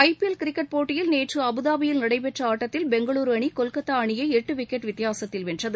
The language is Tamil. ஐ பி எல் கிரிக்கெட் போட்டிகளில் நேற்று அபுதாபியில் நடைபெற்ற ஆட்டத்தில் பெங்களூரு அணி கொல்கத்தா அணியை எட்டு விக்கெட் வித்தியாசத்தில் வென்றது